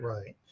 Right